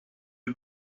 who